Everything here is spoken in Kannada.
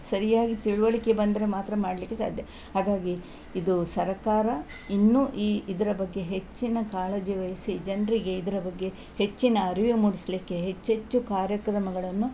ಸರಿಯಾಗಿ ತಿಳುವಳ್ಕೆ ಬಂದರೆ ಮಾತ್ರ ಮಾಡಲಿಕ್ಕೆ ಸಾಧ್ಯ ಹಾಗಾಗಿ ಇದು ಸರಕಾರ ಇನ್ನೂ ಈ ಇದರ ಬಗ್ಗೆ ಹೆಚ್ಚಿನ ಕಾಳಜಿ ವಹಿಸಿ ಜನರಿಗೆ ಇದರ ಬಗ್ಗೆ ಹೆಚ್ಚಿನ ಅರಿವು ಮೂಡಿಸಲಿಕ್ಕೆ ಹೆಚ್ಚೆಚ್ಚು ಕಾರ್ಯಕ್ರಮಗಳನ್ನು